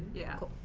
yeah.